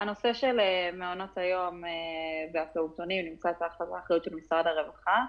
הנושא של מעונות היום והפעוטונים נמצא באחריות משרד הרווחה,